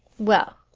well,